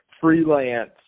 Freelance